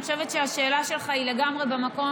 אני חושבת שהשאלה שלך היא לגמרי במקום,